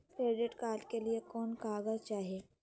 Credit card के लिए कौन कागज चाही?